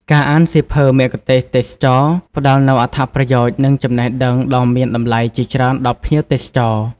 ការអានសៀវភៅមគ្គុទ្ទេសក៍ទេសចរណ៍ផ្ដល់នូវអត្ថប្រយោជន៍ និងចំណេះដឹងដ៏មានតម្លៃជាច្រើនដល់ភ្ញៀវទេសចរ។